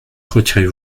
retirez